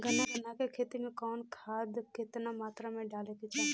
गन्ना के खेती में कवन खाद केतना मात्रा में डाले के चाही?